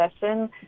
session